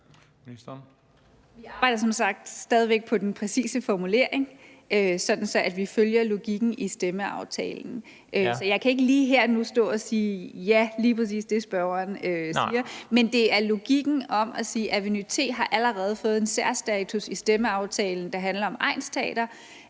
Vi arbejder som sagt stadig væk på den præcise formulering, sådan at vi følger logikken i stemmeaftalen. Så jeg kan ikke lige her og nu stå og sige ja til lige præcis det, spørgeren siger. Men det er logikken om at sige, at Aveny-T allerede har fået en særstatus i stemmeaftalen, der handler om egnsteatre,